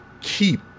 keep